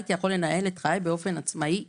הייתי יכול לנהל את חיי באופן עצמאי יותר.